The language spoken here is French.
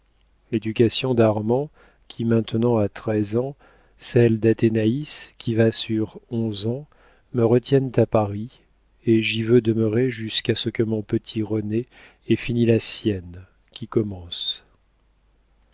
l'éducation d'armand qui maintenant a treize ans celle d'athénaïs qui va sur onze ans me retiennent à paris et j'y veux demeurer jusqu'à ce que mon petit rené ait fini la sienne qui commence